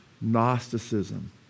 Gnosticism